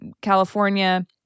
California